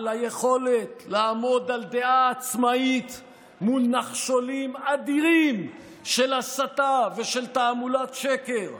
על היכולת לעמוד על דעה עצמאית מול נחשולים של הסתה ושל תעמולת שקר,